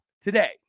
today